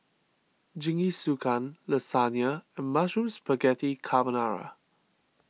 Jingisukan Lasagna and Mushroom Spaghetti Carbonara